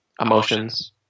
emotions